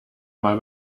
mal